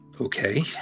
okay